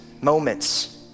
moments